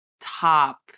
top